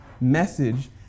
message